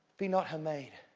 be not her maid,